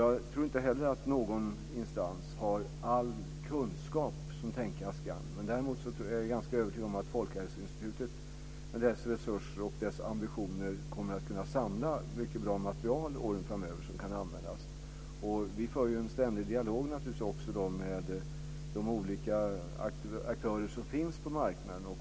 Jag tror inte heller att någon instans har all kunskap som tänkas kan. Däremot är jag övertygad om att Folkhälsoinstitutet, med dess resurser och ambitioner, kommer att kunna samla mycket bra material åren framöver som kan användas. Vi för en ständig dialog med de olika aktörerna på marknaden.